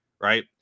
right